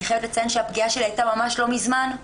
אני חייבת לציין שהפגיעה שלי הייתה ממש לא מזמן.